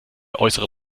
äußere